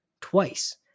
twice